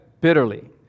bitterly